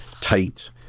tight